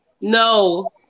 No